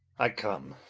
i come.